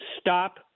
stop